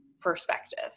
perspective